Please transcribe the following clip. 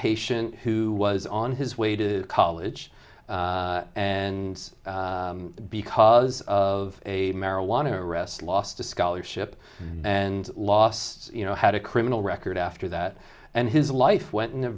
patient who was on his way to college and because of a marijuana arrest last a scholarship and lost you know had a criminal record after that and his life went in a